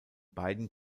beiden